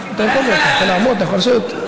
אתה יכול לעמוד, אתה יכול לשבת.